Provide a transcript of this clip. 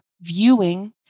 viewing